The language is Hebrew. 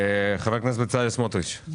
חבר הכנסת בצלאל סמוטריץ',